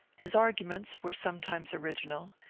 his arguments were sometimes original,